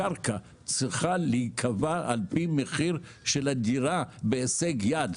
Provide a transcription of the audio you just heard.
הקרקע צריכה להיקבע על פי מחיר של הדירה בהישג יד.